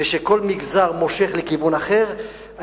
ושכל מגזר מושך לכיוון אחר,